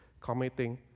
committing